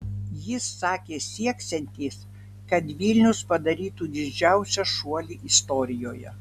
jis sakė sieksiantis kad vilnius padarytų didžiausią šuolį istorijoje